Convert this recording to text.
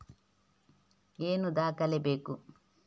ಏನು ದಾಖಲೆ ಬೇಕು?